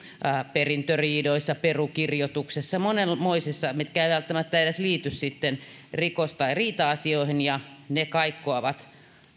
perintöriidoissa perunkirjoituksissa monenmoisissa mitkä eivät välttämättä edes liity sitten rikos tai riita asioihin ja ne palvelut kaikkoavat